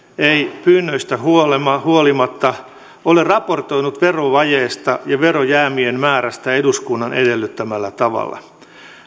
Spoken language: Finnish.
ei pyynnöistä huolimatta huolimatta ole raportoinut verovajeesta ja verojäämien määrästä eduskunnan edellyttämällä tavalla